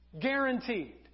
Guaranteed